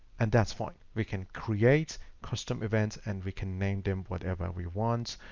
and that's fine. we can create custom events and we can name them whatever we want.